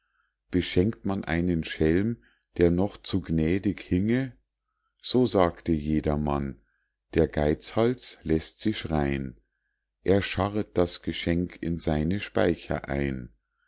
beschenkt man einen schelm der noch zu gnädig hinge so sagte jedermann der geizhals läßt sie schrein er scharret das geschenk in seine speicher ein